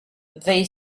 they